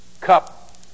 cup